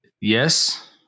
yes